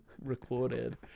recorded